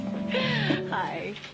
hi